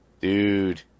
Dude